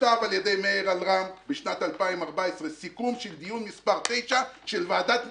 נכתב על-ידי מאיר אלרם בשנת 2014. סיכום של דיון מס' 9 של ועדת סגיס,